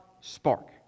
spark